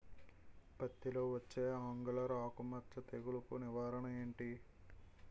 పత్తి లో వచ్చే ఆంగులర్ ఆకు మచ్చ తెగులు కు నివారణ ఎంటి?